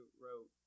wrote